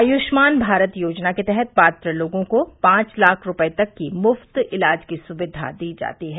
आयुष्मान भारत योजना के तहत पात्र लोगों को पाँच लाख रूपये तक की मुफ्त इलाज की सुक्या दी जाती है